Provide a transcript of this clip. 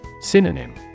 Synonym